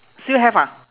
still have ah